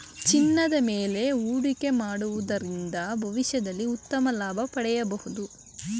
ಚಿನ್ನದ ಮೇಲೆ ಹೂಡಿಕೆ ಮಾಡುವುದರಿಂದ ಭವಿಷ್ಯದಲ್ಲಿ ಉತ್ತಮ ಲಾಭ ಪಡೆಯಬಹುದು